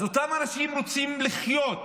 אז אותם אנשים רוצים לחיות,